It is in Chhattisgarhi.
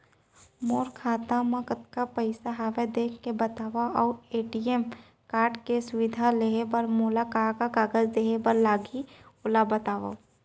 मोर खाता मा कतका पइसा हवये देख के बतावव अऊ ए.टी.एम कारड के सुविधा लेहे बर मोला का का कागज देहे बर लागही ओला बतावव?